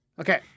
Okay